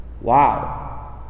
wow